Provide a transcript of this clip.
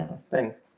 Thanks